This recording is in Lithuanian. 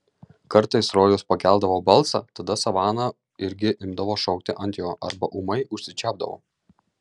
kartais rojus pakeldavo balsą tada savana irgi imdavo šaukti ant jo arba ūmai užsičiaupdavo